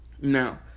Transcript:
Now